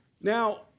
Now